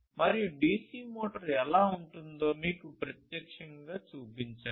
మరియు DC motor ఎలా ఉంటుందో మీకు ప్రత్యక్షంగా చూపించాను